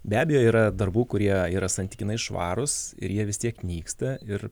be abejo yra darbų kurie yra santykinai švarūs ir jie vis tiek nyksta ir